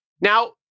Now